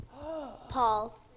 Paul